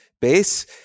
base